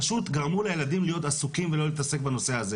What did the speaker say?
פשוט גרמו לילדים להיות עסוקים ולא להתעסק בדברים אחרים.